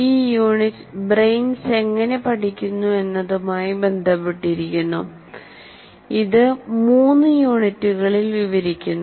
ഈ unit brains എങ്ങനെ പഠിക്കുന്നു എന്നതുമായി ബന്ധപ്പെട്ടിരിക്കുന്നു ഇത് 3 യൂണിറ്റുകളിൽ വിവരിക്കുന്നു